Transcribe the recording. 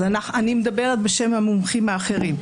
אז אני מדברת בשם המומחים האחרים.